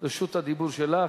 רשות הדיבור שלך.